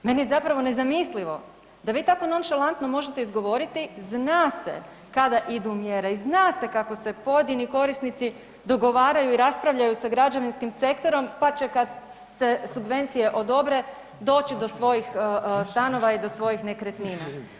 Meni je zapravo nezamislivo da vi tako nonšalantno možete izgovoriti, zna se kada idu mjere, zna se kako se pojedini korisnici dogovaraju i raspravljaju sa građevinskim sektorom, pa će kad se subvencije odobre doći do svojih stanova i do svojih nekretnina.